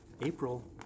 April